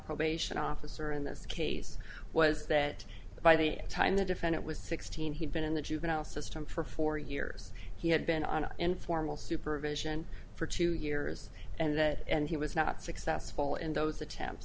probation officer in this case was that by the time the defendant was sixteen he'd been in the juvenile system for four years he had been on an informal supervision for two years and he was not successful in those attempts